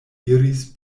iris